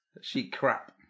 She-crap